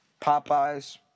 Popeyes